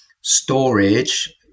storage